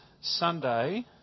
Sunday